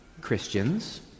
Christians